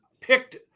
picked